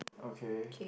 okay